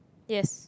yes